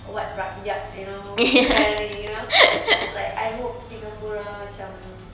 what rakyat you know caring you know like I hope singapura macam